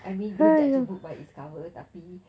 I mean don't judge a book by it's cover tapi